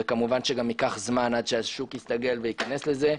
וכמובן שייקח זמן עד שהשוק יסתגל לזה.